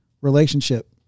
relationship